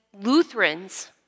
Lutherans